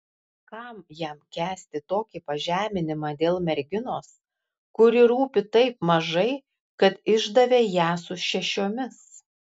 kam jam kęsti tokį pažeminimą dėl merginos kuri rūpi taip mažai kad išdavė ją su šešiomis